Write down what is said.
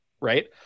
Right